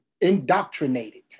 indoctrinated